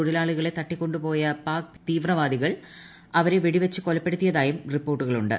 തൊഴിലാളികളെ തട്ടിക്കൊണ്ടുപോയ പാക്ട് ത്രീവ്രവാദികൾ അവരെ വെടിവച്ചു കൊലപ്പെടുത്തിയതായും റീപ്പോർട്ടുകളുണ്ട്